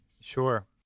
Sure